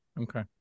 Okay